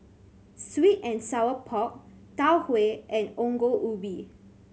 sweet and sour pork Tau Huay and Ongol Ubi